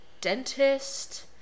dentist